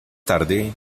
tarde